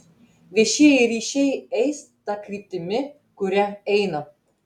viešieji ryšiai eis ta kryptimi kuria eina